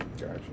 Gotcha